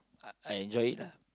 I I enjoy it lah